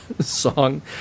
song